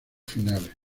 finales